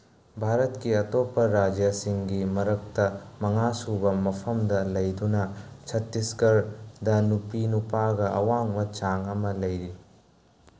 ꯚꯥꯔꯠꯀꯤ ꯑꯇꯣꯞꯄ ꯔꯥꯖ꯭ꯌꯁꯤꯡꯒꯤ ꯃꯔꯛꯇ ꯃꯉꯥꯁꯨꯕ ꯃꯐꯝꯗ ꯂꯩꯗꯨꯅ ꯁꯠꯇꯤꯁꯒꯔꯗ ꯅꯨꯄꯤ ꯅꯨꯄꯥꯒ ꯑꯋꯥꯡꯕ ꯆꯥꯡ ꯑꯃ ꯂꯩꯔꯤ